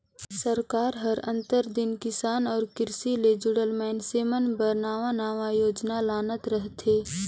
सरकार हर आंतर दिन किसान अउ किरसी ले जुड़ल मइनसे मन बर नावा नावा योजना लानत रहथे